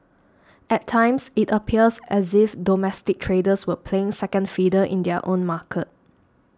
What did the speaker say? at times it appears as if domestic traders were playing second fiddle in their own market